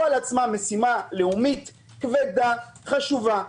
על עצמם משימה לאומית כבדה וחשובה.